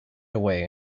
away